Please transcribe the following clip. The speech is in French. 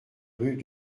rue